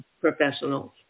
professionals